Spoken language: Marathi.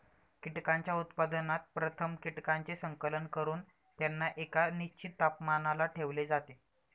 कीटकांच्या उत्पादनात प्रथम कीटकांचे संकलन करून त्यांना एका निश्चित तापमानाला ठेवले जाते